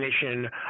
definition